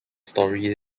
story